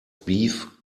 beef